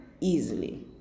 easily